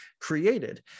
created